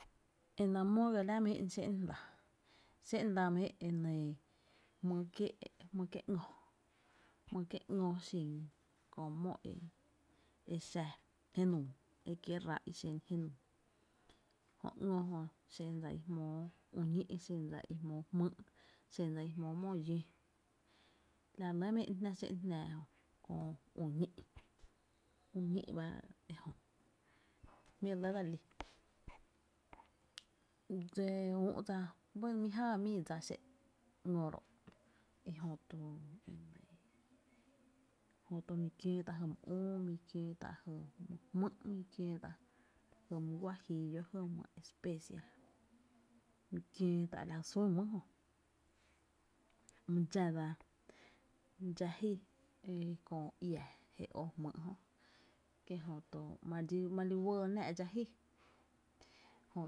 Enáá’ mó my é’n xé’n lⱥ xé’n la mý é’n jmýy’ kié’ ngö jmýy’ kié’ ngö xin köö mó e kiee’ ráá’ i xen jenuu jö ngö jö xen dsa i jmóo ü ñí’, xan dsa i jmóó jmýy’ xen dsa i jmóo mó llóo la re lɇ my éé’n jná xé’n jnⱥⱥ jö my é’n köö u ñí’ uñi’ ba ejö jmí’ re lɇ dsa lí: dsa Ú’ dsa, dse mi jäa mýy dsa xé’n ngö ro’, i jö to mi kiöö tá’ jy my üü, mi kiöö tá’ jy my jmý’ jy, jy mý guajíilo jö, jy mý especia jy mi kiöö tá’ lajy sún my e jö my dxá dsa dxáá’ jy köö iá i jö my ó jmýy’ jö kie’ jö ma li uɇɇ náá’ dxá ji jö,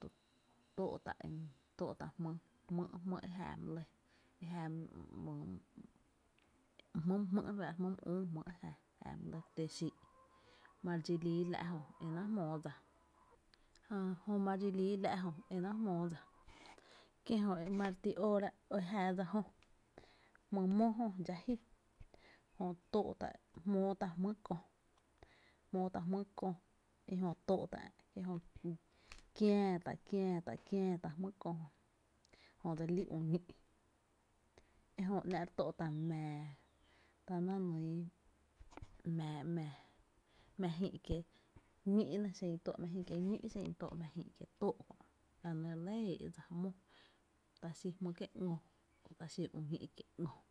jö tóó’ tá’ la jy jmý’ jmý’ e jäá jmý’ my jmý’ re fáá’ra e jäá re lɇ töö xïï’ ma re dxi lii la’ jö, e náá’ jmóó dsa jää jö ma re dxi líí la’ e náá’ jmóó dsa kié’ jö ma re ti óora e jäa dse jö jmý’ mó jö dxáá’ ji jö tóó’ tá’, jmóó tá’ jmý’ kö, jmóó tá’ jmýy’ kö kie’ jö kiää tá’, kiää tá’ jmýy’ kó jö jö dse lí üü ñí’ ejö ta re tó’ tá’ mⱥⱥ tá na nyy mⱥⱥ mⱥⱥ mä jïï’ kiéé’ ñí’ nɇ, xen i tóó’ mⱥ jïï’ kié’ ñí’ la nɇ re lɇ éé’ dsa ta xí jmý’ kié’ ´mó, ta xi uñí’ kiee’ ngö.